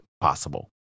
possible